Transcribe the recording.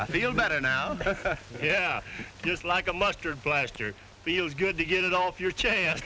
i feel better now yeah just like a mustard plaster feels good to get it off your chest